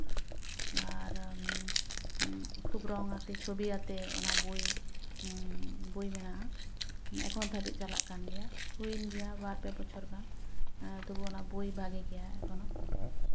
ᱟᱨ ᱠᱷᱩᱵ ᱨᱚᱝ ᱟᱛᱮ ᱪᱷᱚᱵᱤᱭ ᱟᱛᱮ ᱚᱱᱟ ᱵᱳᱭ ᱵᱳᱭ ᱢᱮᱱᱟᱜᱼᱟ ᱮᱠᱷᱚᱱ ᱫᱷᱟᱹᱵᱤᱡ ᱪᱟᱞᱟᱜ ᱠᱟᱱ ᱜᱮᱭᱟ ᱦᱩᱭᱮᱱ ᱜᱮᱭᱟ ᱵᱟᱨ ᱯᱮ ᱵᱚᱪᱷᱚᱨ ᱜᱟᱱ ᱛᱚᱵᱩ ᱚᱱᱟ ᱵᱳᱭ ᱵᱷᱟᱜᱮ ᱜᱮᱭᱟ ᱮᱠᱷᱚᱱᱳ